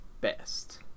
best